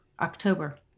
October